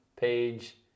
page